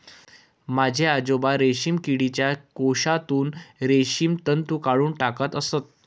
माझे आजोबा रेशीम किडीच्या कोशातून रेशीम तंतू काढून टाकत असत